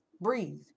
breathe